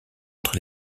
entre